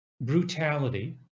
brutality